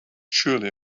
surely